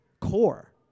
Core